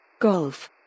Golf